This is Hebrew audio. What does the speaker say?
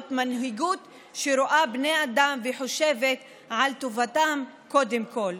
מנהיגות שרואה בני אדם וחושבת על טובתם קודם כול.